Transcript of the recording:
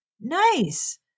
Nice